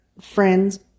friends